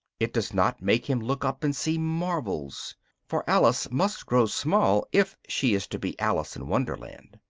it does not make him look up and see marvels for alice must grow small if she is to be alice in wonderland.